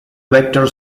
vector